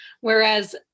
Whereas